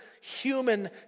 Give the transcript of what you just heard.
human